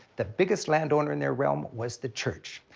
the biggest landowner in their realm was the church,